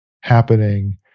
happening